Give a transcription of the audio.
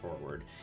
forward